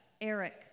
Eric